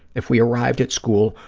if we arrived at school,